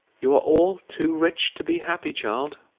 you are all too rich to be happy, child.